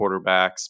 quarterbacks